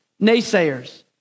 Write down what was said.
naysayers